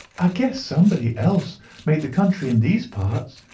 i guess somebody else made the country in these parts.